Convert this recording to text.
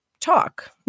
talk